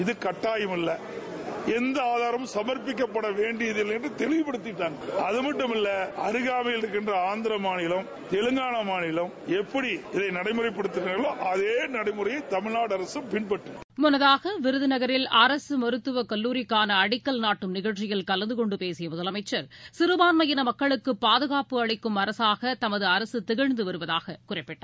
இது கட்டாயமல்ல எந்த ஆதாமும் சமள்பிக்கப்பட தேலவயில்லை என்று தெளிவபடுத்தியிருக்காங்க அதமட்டுமல்ல அருகாமையில் இருக்கிற ஆற்திர மாநிலம் தெலங்கானா மாநிலம் எட்படி இதை அமல்படுத்தராங்களோ அதே நடைமுறைய தமிழ்நாடு அரசும் பின்பற்றம் முன்னதாக விருத்நகரில் மருத்துவ கல்லூரிக்கான அடிக்கல் நாட்டும் நிகழ்ச்சியில் கலந்தகொண்டு பேசிய முதலமைச்சர் சிறுபான்மையின மக்களுக்கு பாதுகாப்பு அளிக்கும் அரசாக தமது அரசு திகழ்ந்து வருவதாக குறிப்பிட்டார்